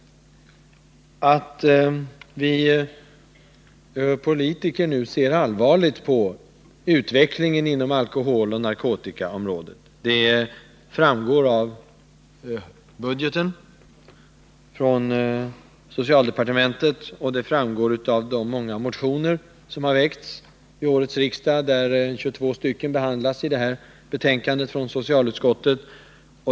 Att politikerna nu ser allvarligt på utvecklingen inom alkoholoch narkotikaområdet framgår av budgeten från socialdepartementet. Det framgår vidare av de många motioner som har väckts vid årets riksmöte — 22 motioner behandlas i detta betänkande från socialutskottet.